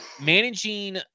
managing